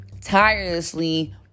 tirelessly